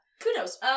Kudos